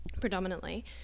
predominantly